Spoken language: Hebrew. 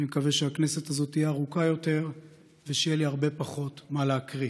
אני מקווה שהכנסת הזאת תהיה ארוכה יותר ושיהיה לי הרבה פחות מה להקריא,